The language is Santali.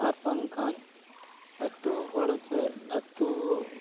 ᱟᱨ ᱵᱟᱝᱠᱷᱟᱱ ᱟᱹᱛᱩᱦᱚᱲ ᱪᱮ ᱟᱹᱛᱩ